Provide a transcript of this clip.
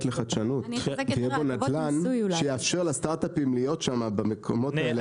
לחדשנות שיהיה בו נדל"ן שיאפשר לסטארט-אפים להיות שם במקומות האלה,